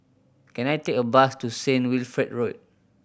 can I take a bus to Saint Wilfred Road